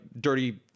dirty